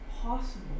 possible